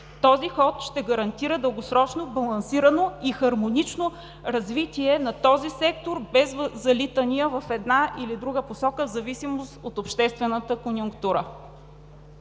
Този ход ще гарантира дългосрочно, балансирано и хармонично развитие на този сектор, без залитания в една или друга посока в зависимост от обществената конюнктура.